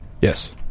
Yes